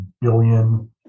billion